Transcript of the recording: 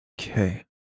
Okay